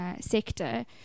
sector